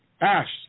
Ash